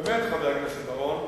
באמת, חבר הכנסת בר-און,